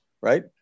right